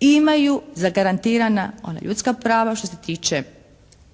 imaju zagarantirana ona ljudska prava što se tiče